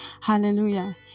hallelujah